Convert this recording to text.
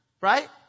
right